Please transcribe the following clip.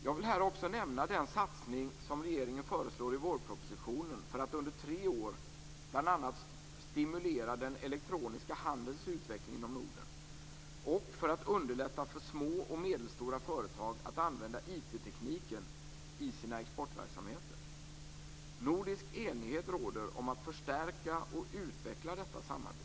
Jag vill här också nämna den satsning som regeringen föreslår i vårpropositionen för att under tre år bl.a. stimulera den elektroniska handelns utveckling inom Norden och för att underlätta för små och medelstora företag att använda IT-tekniken i sina exportverksamheter. Nordisk enighet råder om att förstärka och utveckla detta samarbete.